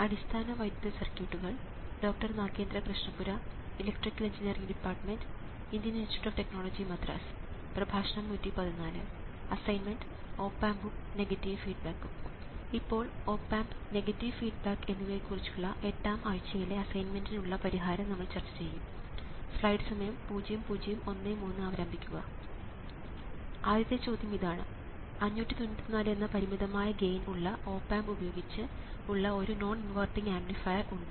ആദ്യത്തെ ചോദ്യം ഇതാണ് 594 എന്ന പരിമിതമായ ഗെയിൻ ഉള്ള ഓപ് ആമ്പ് ഉപയോഗിച്ച് ഉള്ള ഒരു നോൺ ഇൻവെർട്ടിംഗ് ആംപ്ലിഫയർ ഉണ്ട്